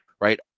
right